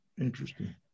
Interesting